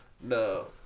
no